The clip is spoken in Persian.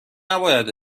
نباید